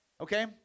Okay